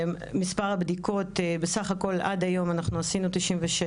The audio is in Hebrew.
מספר הבדיקות, בסך הכול עד היום אנחנו 96 דגימות.